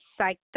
Psyched